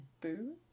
boo